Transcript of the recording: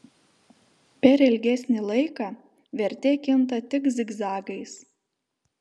per ilgesnį laiką vertė kinta tik zigzagais